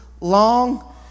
long